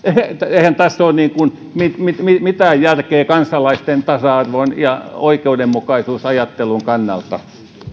eihän tässä ole mitään järkeä kansalaisten tasa arvon ja oikeudenmukaisuusajattelun kannalta